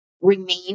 remain